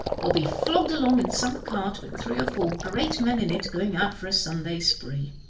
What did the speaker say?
or be flogged along in some cart with three or four great men in it going out for a sunday spree,